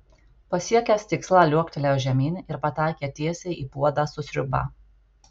pasiekęs tikslą liuoktelėjo žemyn ir pataikė tiesiai į puodą su sriuba